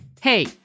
Hey